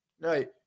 right